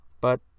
But